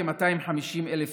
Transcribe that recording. כ-250,000 איש.